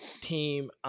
team